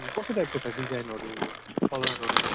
अनि कस्तो टाइपको छ डिजाइनहरू कलरहरू